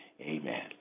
Amen